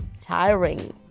tiring